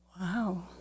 Wow